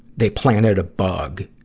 they planted a bug,